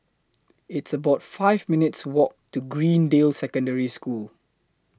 It's about five minutes' Walk to Greendale Secondary School